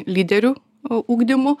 lyderių ugdymu